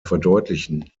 verdeutlichen